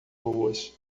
ruas